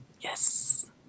yes